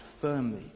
firmly